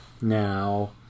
now